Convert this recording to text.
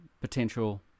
potential